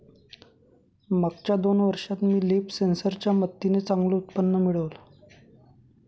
मागच्या दोन वर्षात मी लीफ सेन्सर च्या मदतीने चांगलं उत्पन्न मिळवलं